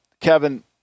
Kevin